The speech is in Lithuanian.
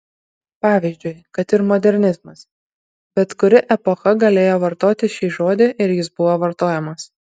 pavyzdžiui kad ir modernizmas bet kuri epocha galėjo vartoti šį žodį ir jis buvo vartojamas